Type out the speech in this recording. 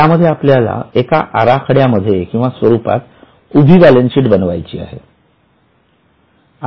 यामध्ये आपल्याला एका आराखड्यामध्ये किंवा स्वरूपात उभी बॅलन्स शीट बनवायची आहे